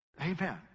Amen